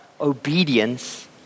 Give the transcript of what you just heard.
obedience